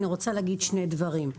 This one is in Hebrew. אני רוצה להגיד שני דברים.